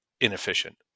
inefficient